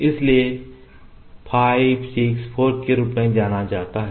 इसलिए इसे 5 6 4 के रूप में जाना जाता है